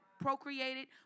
procreated